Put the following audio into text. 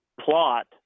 plot